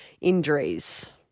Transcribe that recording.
injuries